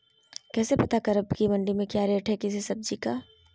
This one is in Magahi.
कैसे पता करब की मंडी में क्या रेट है किसी सब्जी का?